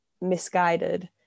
misguided